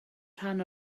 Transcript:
rhan